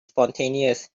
spontaneous